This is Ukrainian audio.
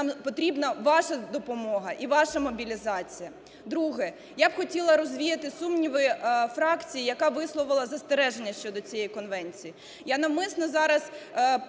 нам потрібна ваша допомога і ваша мобілізація. Друге. Я б хотіла би розвіяти сумніви фракції, яка висловила застереження щодо цієї конвенції.